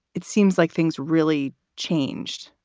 it seems like things really changed.